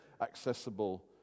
accessible